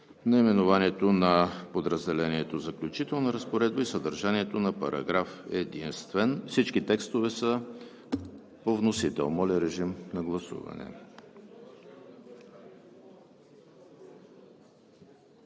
наименованието на подразделението „Заключителна разпоредба“ и съдържанието на параграф единствен – всички текстове са по вносител Гласували